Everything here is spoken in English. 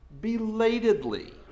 belatedly